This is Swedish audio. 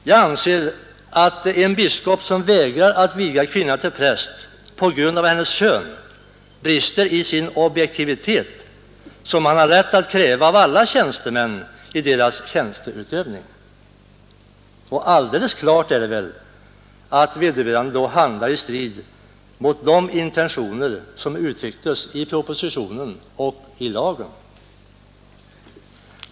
Jag anser att en biskop, som vägrar att viga kvinna till präst på grund av hennes kön, brister i den objektivitet som man har rätt att kräva av alla tjänstemän i deras tjänsteutövning. Alldeles klart är att vederbörande handlar i strid med de intentioner som uttrycktes i propositionen och lagen.